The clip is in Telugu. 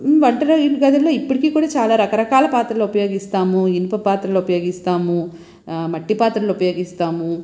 వంటలో ఇరుకు గదుల్లో ఇప్పటికీ కూడా చాలా రకరకాల పాత్రలు ఉపయోగిస్తాము ఇనుప పాత్రలు ఉపయోగిస్తాము మట్టి పాత్రలు ఉపయోగిస్తాము